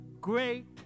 great